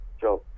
job